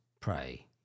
pray